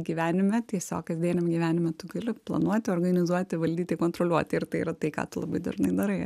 gyvenime tiesiog kasdieniame gyvenime tu gali planuoti organizuoti valdyti kontroliuoti ir tai yra tai ką tu labai dažnai darai